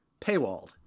paywalled